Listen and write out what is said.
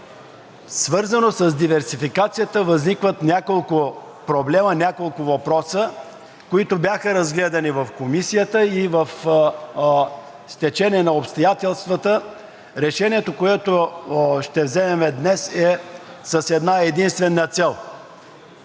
свързано с диверсификацията, възникват няколко проблема, няколко въпроса, които бяха разгледани в Комисията, и по стечение на обстоятелствата решението, което ще вземем днес, е с една-единствена цел.